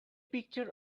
picture